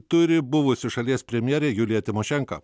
turi buvusi šalies premjerė julija timošenka